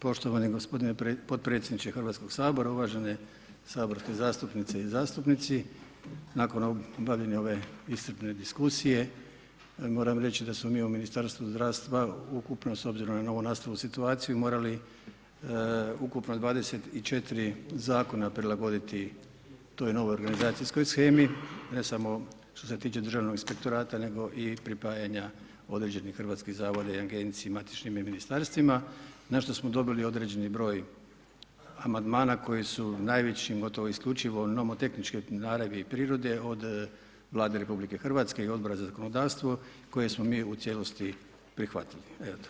Poštovani gospodine potpredsjedniče HS-a, uvažene saborske zastupnice i zastupnici, nakon bavljenja ove iscrpne diskusije, moram reći da smo mi u Ministarstvu zdravstva ukupno s obzirom na novonastalu situaciju, morali ukupno 24 Zakona prilagoditi toj novoj organizacijskoj shemi, ne samo što se tiče Državnog inspektorata, nego i pripajanja određenih hrvatskih zavoda i agenciji i matičnim Ministarstvima, na što smo dobili određeni broj Amandmana koji su najvećim, gotovo isključivo imamo tehničke naravi i prirode od Vlade RH i Odbora za zakonodavstvo koje smo mi u cijelosti prihvatili, eto.